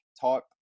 type